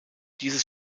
dieses